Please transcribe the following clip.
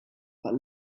but